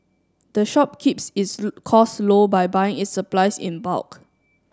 the shop keeps its costs low by buying its supplies in bulk